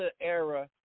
era